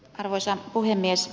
arvoisa puhemies